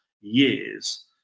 years